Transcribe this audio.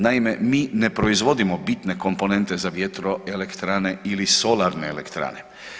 Naime, mi ne proizvodimo bitne komponente za vjetroelektrane ili solarne elektrane.